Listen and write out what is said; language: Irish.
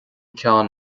ceann